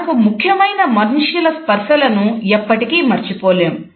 మనకు ముఖ్యమైన మనుషుల స్పర్శను ఎప్పటికీ మరచిపోలేము